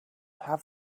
have